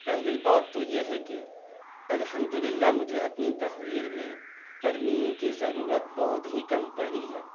پہلی بات تو یہ ہے کہ الحمد للہ مجھے اپنی تحریر میں ترمیم کی ضرورت بہت ہی کم پڑی ہے